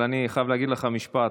אבל אני חייב להגיד לך משפט,